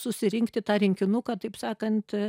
susirinkti tą rinkinuką taip sakant